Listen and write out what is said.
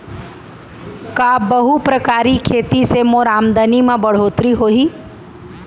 का बहुप्रकारिय खेती से मोर आमदनी म बढ़होत्तरी होही?